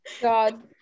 God